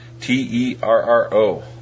T-E-R-R-O